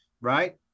Right